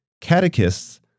Catechists